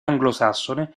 anglosassone